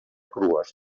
crues